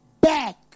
back